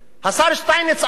השר שטייניץ אמר: